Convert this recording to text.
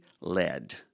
led